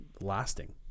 lasting